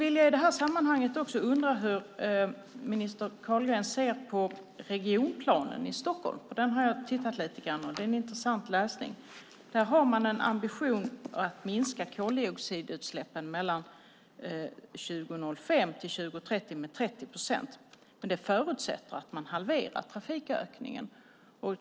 I det här sammanhanget undrar jag hur minister Carlgren ser på regionplanen i Stockholm. Den har jag tittat lite grann i, det är intressant läsning. Där har man en ambition att minska koldioxidutsläppen mellan 2005 och 2030 med 30 procent. Men det förutsätter att man halverar trafikökningen.